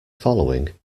following